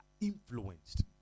influenced